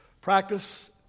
practice